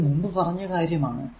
ഇത് മുമ്പ് പറഞ്ഞ കാര്യം ആണ്